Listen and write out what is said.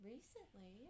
Recently